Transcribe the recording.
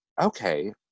okay